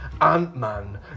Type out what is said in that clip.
Ant-Man